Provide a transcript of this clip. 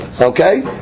Okay